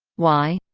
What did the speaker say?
why?